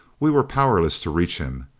we were powerless to reach him.